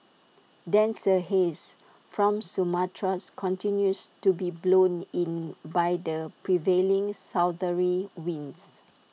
denser haze from Sumatra continues to be blown in by the prevailing southerly winds